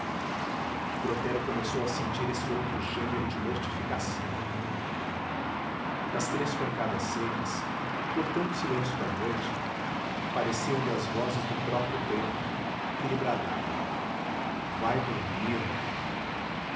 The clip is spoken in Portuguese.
brotero começou a sentir esse outro gênero de mortificação as três pancadas secas cortando o silêncio da noite pareciam-lhe as vozes do próprio tempo que lhe bradava vai dormir